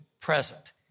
present